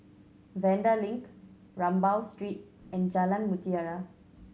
Vanda Link Rambau Street and Jalan Mutiara